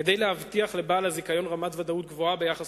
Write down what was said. כדי להבטיח לבעל הזיכיון רמת ודאות גבוהה ביחס